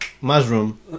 Mushroom